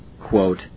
quote